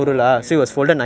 oh ya ya